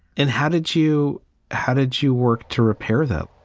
and how did you how did you work to repair that?